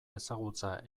ezagutza